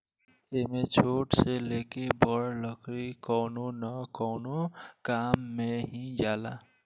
एमे छोट से लेके बड़ लकड़ी कवनो न कवनो काम मे ही जाला